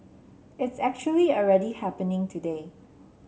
it's actually already happening today